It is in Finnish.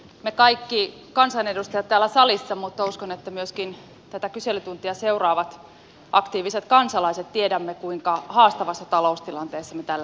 me kaikki kansanedustajat täällä salissa ja uskon että myöskin tätä kyselytuntia seuraavat aktiiviset kansalaiset tiedämme kuinka haastavassa taloustilanteessa me tällä hetkellä olemme